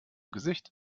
gesicht